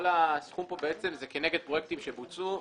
כל הסכום כאן בעצם הוא כנגד פרויקטים שבוצעו.